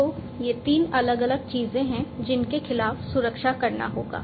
तो ये 3 अलग अलग चीजें हैं जिनके खिलाफ सुरक्षा करना होगा